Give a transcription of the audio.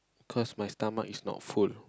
cause my stomach is not full